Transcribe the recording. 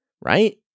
right